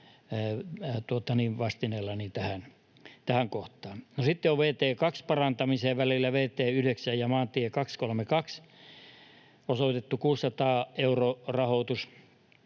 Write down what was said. vastineella tähän kohtaan. No, sitten on vt 2:n parantamiseen välillä vt 9 ja maantie 232 osoitettu 600 000 euron rahoitus.